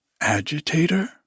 Agitator